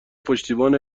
پشتیبان